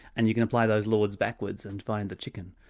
and you can apply those laws backwards and find the chicken.